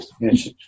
Yes